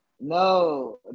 no